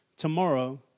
Tomorrow